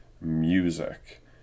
music